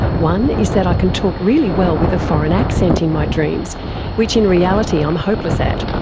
one is that i can talk really well with a foreign accent in my dreams which in reality i'm hopeless at,